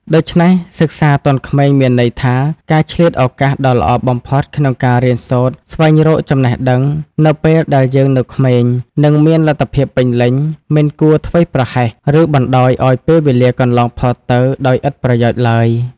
ដូច្នេះសិក្សាទាន់ក្មេងមានន័យថា ការឆ្លៀតឱកាសដ៏ល្អបំផុតក្នុងការរៀនសូត្រស្វែងរកចំណេះដឹងនៅពេលដែលយើងនៅក្មេង និងមានលទ្ធភាពពេញលេញ មិនគួរធ្វេសប្រហែស ឬបណ្តោយឱ្យពេលវេលាកន្លងផុតទៅដោយឥតប្រយោជន៍ឡើយ ។